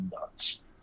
nuts